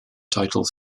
title